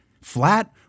flat